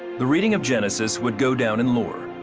the reading of genesis would go down in lore,